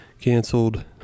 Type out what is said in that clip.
canceled